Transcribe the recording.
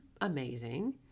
amazing